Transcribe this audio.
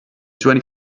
twenty